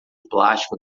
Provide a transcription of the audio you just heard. plástico